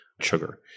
sugar